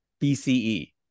BCE